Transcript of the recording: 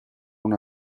una